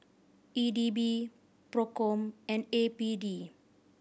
E D B Procom and A P D